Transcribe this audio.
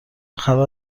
خبر